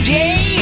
day